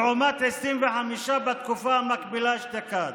לעומת 25 בתקופה המקבילה אשתקד.